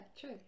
true